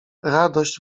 radość